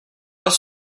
pas